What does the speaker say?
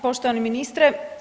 Poštovani ministre.